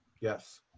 Yes